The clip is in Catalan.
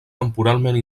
temporalment